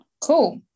Cool